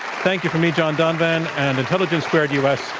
thank you from me, john donvan, and intelligence squared u. s.